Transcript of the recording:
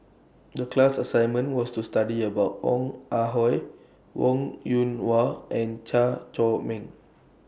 The class assignment was to study about Ong Ah Hoi Wong Yoon Wah and Chew Chor Meng